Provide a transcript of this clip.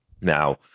Now